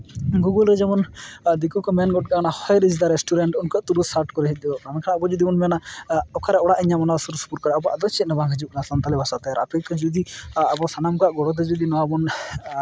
Google ᱨᱮ ᱡᱮᱢᱚᱱ ᱫᱤᱠᱩ ᱠᱚ ᱢᱮᱱ ᱜᱚᱜ ᱠᱟᱜᱼᱟ ᱦᱟᱭ ᱨᱤᱪ ᱫᱟ ᱨᱮᱥᱴᱩᱨᱮᱱᱴ ᱩᱱᱠᱩᱣᱟᱜ ᱥᱟᱴ ᱠᱚᱨᱮ ᱦᱮᱡ ᱜᱚᱫᱚᱜᱼᱟ ᱵᱟᱠᱷᱟᱡ ᱟᱵᱚ ᱡᱩᱫᱤ ᱵᱚᱱ ᱢᱮᱱᱟ ᱚᱠᱟᱨᱮ ᱚᱲᱟᱜ ᱤᱧ ᱧᱟᱢᱟ ᱚᱱᱟ ᱥᱩᱨ ᱥᱩᱯᱩᱨ ᱠᱚᱨᱮᱫ ᱟᱵᱚᱣᱟᱜ ᱫᱚ ᱪᱮᱫ ᱦᱚᱸᱵᱟᱝ ᱦᱤᱡᱩᱜ ᱠᱟᱱᱟ ᱥᱟᱱᱛᱟᱞᱤ ᱵᱷᱟᱥᱟᱛᱮ ᱟᱯᱮ ᱠᱚ ᱡᱩᱫᱤ ᱟᱵᱚ ᱥᱟᱱᱟᱢ ᱠᱚᱣᱟᱜ ᱜᱚᱲᱚᱛᱮ ᱡᱩᱫᱤ ᱱᱚᱣᱟᱵᱚᱱ